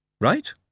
Right